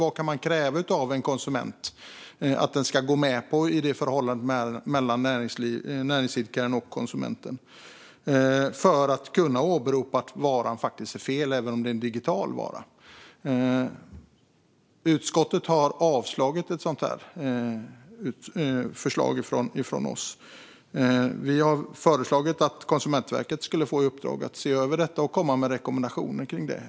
Vad kan man kräva av en konsument att den ska gå med på i förhållandet mellan näringsidkaren och konsumenten för att kunna åberopa att varan är fel även om det är en digital vara? Utskottet har avstyrkt ett sådant förslag från oss. Vi har föreslagit att Konsumentverket skulle få i uppdrag att se över detta och komma med rekommendationer om det.